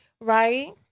Right